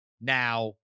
Now